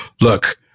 Look